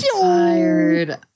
tired